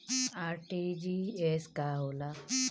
RTGS का होला?